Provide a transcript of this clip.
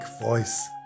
voice